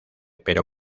pero